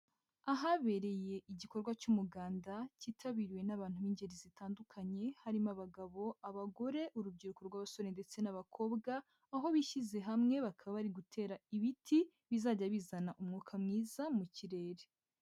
Ahabereye igikorwa cy'umuganda, cyitabiriwe n'abantu b'ingeri zitandukanye, harimo abagabo, abagore, urubyiruko rw'abasore ndetse n'abakobwa, aho bishyize hamwe bakaba bari gutera ibiti bizajya bizana umwuka mwiza mu kirere.